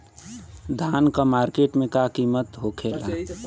धान क मार्केट में का कीमत होखेला?